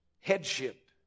headship